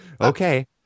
okay